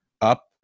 Up